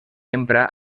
empra